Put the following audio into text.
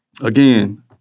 Again